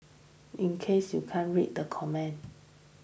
in case you can't read the comment